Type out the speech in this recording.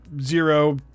zero